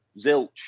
Zilch